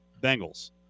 Bengals